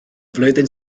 flwyddyn